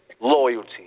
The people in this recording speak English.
Loyalty